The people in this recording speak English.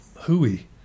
hooey